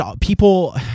people